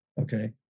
okay